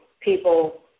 people